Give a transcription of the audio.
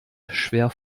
schwer